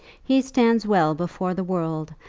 he stands well before the world,